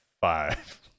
five